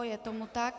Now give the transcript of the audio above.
Je tomu tak.